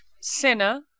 Sinner